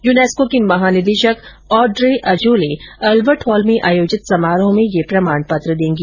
UNESCO की महानिदेशक Audrey Azoulay Albert Hall में आयोजित समारोह में यह प्रमाण पत्र देंगी